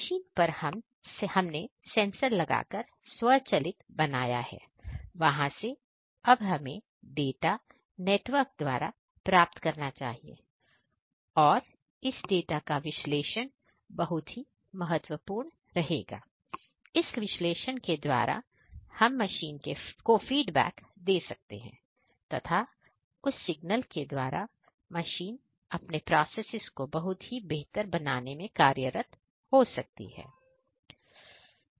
machine पर हमने sensor लगाकर स्वचालित बनाया वहां से अब हमें डाटा नेटवर्क द्वारा प्राप्त करना चाहिए और इस डेटा का विश्लेषण बहुत ही महत्वपूर्ण रहेगा इस विश्लेषण के द्वारा हम मशीन को फीडबैक दे सकते हैं तथा उस सिग्नल के द्वारा मशीन अपने प्रोसेसेस को बेहतर बनाने में कार्यरत हो सकती है